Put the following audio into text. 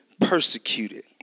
persecuted